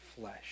flesh